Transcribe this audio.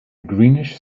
greenish